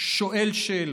שואל שאלות,